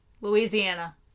Louisiana